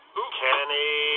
Kenny